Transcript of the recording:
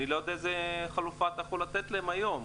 אני לא יודע איזה חלופה אתה יכול לתת להם היום.